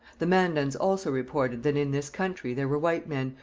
the mandans also reported that in this country there were white men,